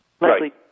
Leslie